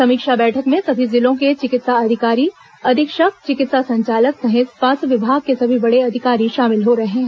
समीक्षा बैठक में सभी जिलों के चिकित्सा अधिकारी अधीक्षक चिकित्सा संचालक सहित स्वास्थ्य विभाग के सभी बड़े अधिकारी शामिल हो रहे हैं